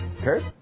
Kurt